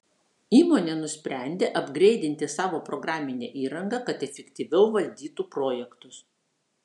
įmonė nusprendė apgreidinti savo programinę įrangą kad efektyviau valdytų projektus